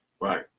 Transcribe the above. right